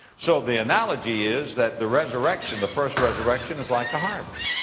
so the analogy is that the resurrection, the first resurrection, is like a harvest.